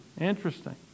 Interesting